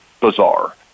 bizarre